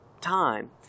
time